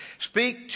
speak